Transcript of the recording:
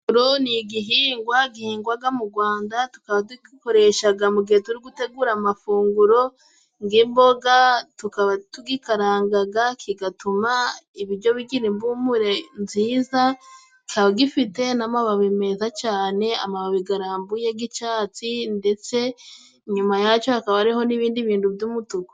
Puwavuro ni igihingwa gihingwa mu Rwanda, tukaba dugikoresha mu gihe turi gutegura amafunguro, nk'imboga, tukaba tugikaranga kigatuma ibiryo bigira impumuro nziza, cyikaba gifite n'amababi meza cyane, amababi arambuye y'icyatsi, ndetse inyuma yacyo hakaba hariho n'ibindi bintu by'umutuku.